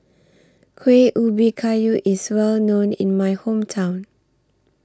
Kueh Ubi Kayu IS Well known in My Hometown